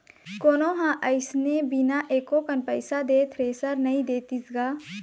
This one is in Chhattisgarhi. कोनो ह अइसने बिना एको कन पइसा दे थेरेसर नइ देतिस गा